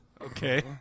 Okay